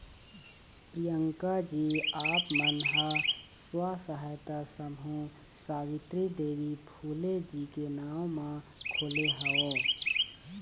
प्रियंकाजी आप मन ह स्व सहायता समूह सावित्री देवी फूले जी के नांव म खोले हव